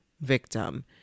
victim